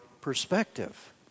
perspective